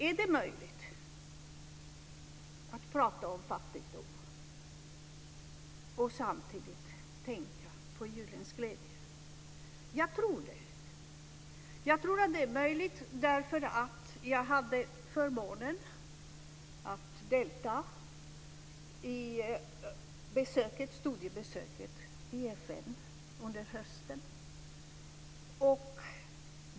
Är det möjligt att prata om fattigdom och samtidigt tänka på julens glädje? Jag tror det. Jag tror att det är möjligt därför att jag hade förmånen att delta i studiebesöket i FN under hösten.